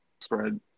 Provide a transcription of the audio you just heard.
Spread